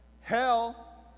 hell